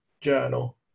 journal